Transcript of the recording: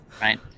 right